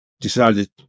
decided